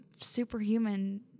superhuman